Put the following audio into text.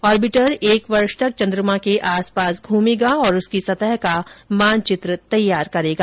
orbiter एक वर्ष तक चंद्रमा के आसपास घूमेगा और उसकी सतह का मानचित्र तैयार करेगा